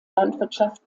landwirtschaft